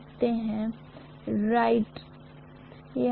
तो हम अगली कक्षा में हवा के अंतराल के साथ चुंबकीय सर्किट गणना पर जाएंगे